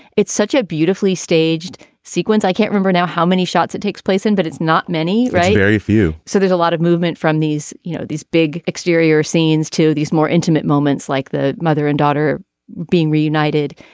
it's such a beautifully staged sequence i can't rember now how many shots it takes place in. but it's not many right. very few. so there's a lot of movement from these you know these big exterior scenes to these more intimate moments like the mother and daughter being reunited.